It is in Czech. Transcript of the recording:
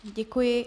Děkuji.